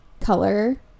color